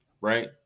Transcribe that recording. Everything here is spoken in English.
right